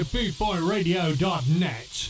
BootBoyRadio.net